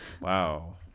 Wow